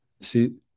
See